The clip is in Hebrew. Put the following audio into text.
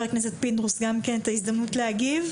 הכנסת ככה גם כן את ההזדמנות להגיב,